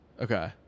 okay